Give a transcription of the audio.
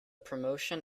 promotion